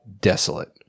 desolate